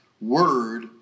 word